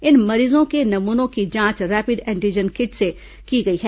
इन मरीजों के नमूनों की जांच रैपिड एंटीजन किट से की गई है